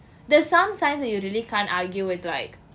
there's some science that you really can't argue with like